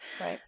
Right